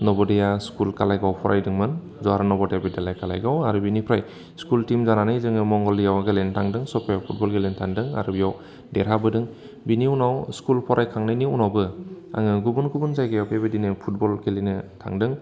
Navodaya school खालायगाव फरायदोंमोन जवाहार नब'दया बिद्दालय खालायगाव आरो बिनिफ्राय स्कुल टिम जानानै जोङो मंगलदैयाव गेलेनो थांदों सफायाव फुटबल गेलेनो थांदों आरो बेयाव देरहाबोदों बेनि उनाव स्कुल फरायखांनायनि उनावबो आङो गुबुन गुबुन जायगायाव बेबायदिनो फुटबल गेलेनो थांदों